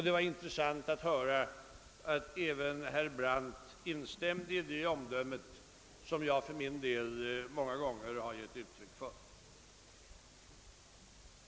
Det var intressant att höra att även herr Brandt instämde i detta omdöme, som jag för min del många gånger givit uttryck för.